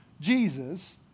Jesus